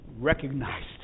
recognized